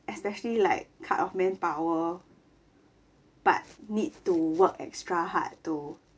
especially like cut of manpower but need to work extra hard to